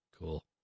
Cool